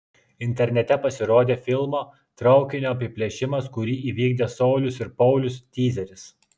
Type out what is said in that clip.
internete pasirodė filmo traukinio apiplėšimas kurį įvykdė saulius ir paulius tyzeris